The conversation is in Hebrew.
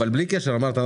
אבל בלי קשר אמרת,